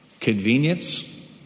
convenience